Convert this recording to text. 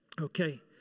Okay